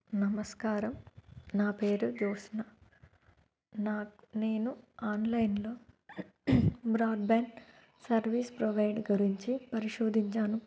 నమస్కారం నా పేరు జ్యోత్స్న నాకు నేను ఆన్లైన్లో బ్రాడ్బ్యాండ్ సర్వీస్ ప్రొవైడ్ గురించి పరిశోధించాను